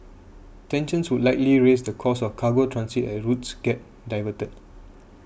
tensions would likely raise the cost of cargo transit as routes get diverted